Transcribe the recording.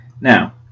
Now